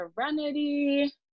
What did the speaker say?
Serenity